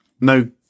no